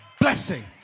blessing